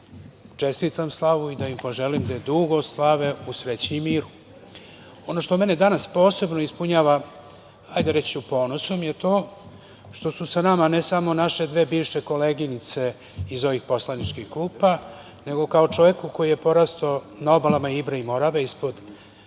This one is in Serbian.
slavu čestitam slavu i da im poželim da je dugo slave u sreći i miru. Ono što mene danas posebno ispunjava, hajde, reći ću, ponosom je to što su sa nama ne samo naše dve bivše koleginice iz ovih poslaničkih klupa, nego kao čoveku koji je porastao na obalama Ibra i Morave, ispod